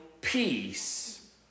peace